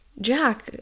jack